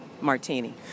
Martini